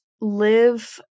live